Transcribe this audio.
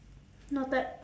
noted